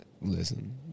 Listen